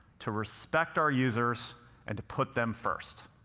to respect our users and to put them first.